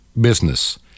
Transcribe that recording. business